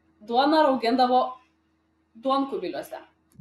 duoną raugindavo duonkubiliuose